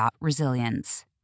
resilience